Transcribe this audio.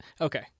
okay